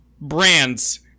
brands